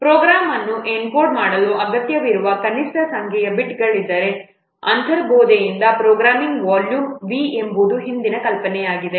program ಅನ್ನು encode ಮಾಡಲು ಅಗತ್ಯವಿರುವ ಕನಿಷ್ಟ ಸಂಖ್ಯೆಯ ಬಿಟ್ಗಳಿದ್ದರೆ ಅಂತರ್ಬೋಧೆಯಿಂದ ಪ್ರೋಗ್ರಾಂ ವಾಲ್ಯೂಮ್ V ಎಂಬುದು ಹಿಂದಿನ ಕಲ್ಪನೆಯಾಗಿದೆ